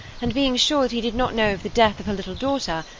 and being sure that he did not know of the death of her little daughter,